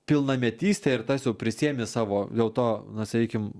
pilnametystė ir tas jau prisiėmi savo jau to na sakykim